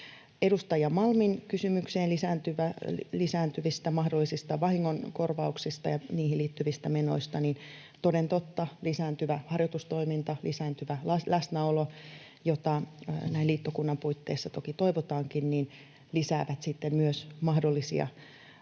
Edustaja Malmin kysymykseen lisääntyvistä mahdollisista vahingonkorvauksista ja niihin liittyvistä menoista. Toden totta, lisääntyvä harjoitustoiminta, lisääntyvä läsnäolo, jota näin liittokunnan puitteissa toki toivotaankin, lisäävät sitten myös mahdollisia vahinkoja